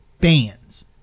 fans